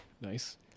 nice